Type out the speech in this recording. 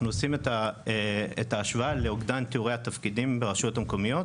אנחנו עושים את ההשוואה לאוגדן תיאורי התפקידים ברשויות המקומיות,